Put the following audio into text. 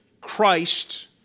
Christ